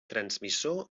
transmissor